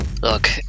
Look